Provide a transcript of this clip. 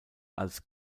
als